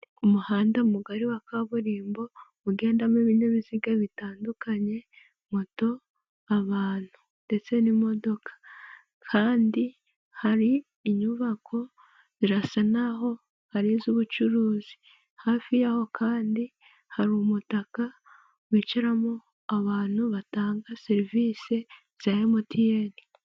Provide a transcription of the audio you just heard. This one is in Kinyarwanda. Umuhanda mugari wa kaburimbo, ugendamo ibinyabiziga bitandukanye, moto, abantu ndetse n'imodoka, kandi hari inyubako zirasa n'aho ari iz'ubucuruzi hafi yaho kandi hari umutaka wicaramo abantu batanga serivisi za MTN.